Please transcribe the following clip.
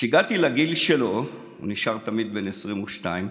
כשהגעתי לגיל שלו, הוא נשאר תמיד בן 22,